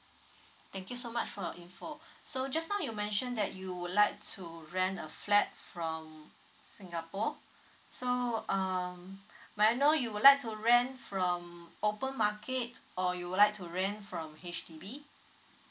thank you so much for your info so just now you mentioned that you would like to rent a flat from singapore so um may I know you would like to rent from open market or you would like to rent from H_D_B